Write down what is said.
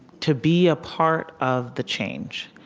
to be a part of the change.